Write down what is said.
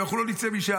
ואנחנו לא נצא משם,